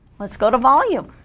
let's go to volume